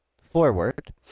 forward